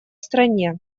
стране